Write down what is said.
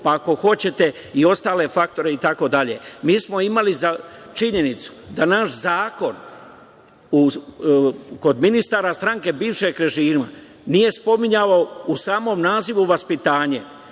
i ako hoćete i ostale faktore. Mi smo imali za činjenicu da naš zakon kod ministara stranke bivšeg režima nije spominjao u samom nazivu vaspitanje,